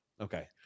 Okay